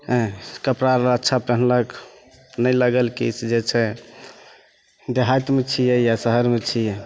कपड़ा आओर अच्छा पेन्हलक नहि लागल कि जे छै देहातमे छिए या शहरमे छिए